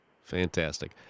Fantastic